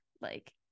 Like-